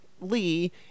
Lee